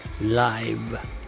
live